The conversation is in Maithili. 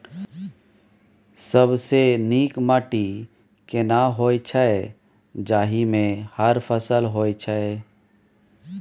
सबसे नीक माटी केना होय छै, जाहि मे हर फसल होय छै?